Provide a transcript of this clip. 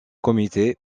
comité